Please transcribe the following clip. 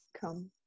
come